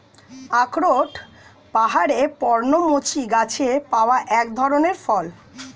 আখরোট পাহাড়ের পর্ণমোচী গাছে পাওয়া এক ধরনের ফল